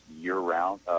year-round